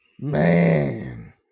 man